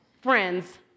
friends